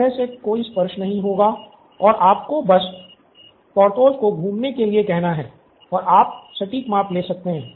इस तरह से कोई स्पर्श नहीं होगा और आपको बस पोर्थोस को घूमने के लिए कहना है और आप सटीक माप ले सकते है